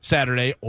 Saturday